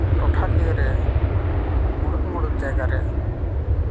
ᱴᱚᱴᱷᱟᱠᱤᱭᱟᱹᱨᱮ ᱢᱩᱬᱩᱛᱼᱢᱩᱬᱩᱛ ᱡᱟᱭᱜᱟᱨᱮ